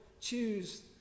choose